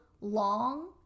long